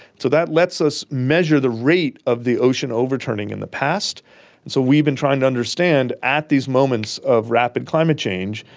so that lets us measure the rate of the ocean overturning in the past, and so we've been trying to understand at these moments of rapid climate change,